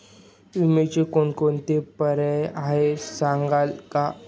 विम्याचे कोणकोणते पर्याय आहेत सांगाल का?